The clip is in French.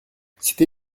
cité